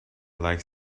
likes